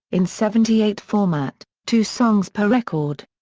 in seventy eight format, two songs per record.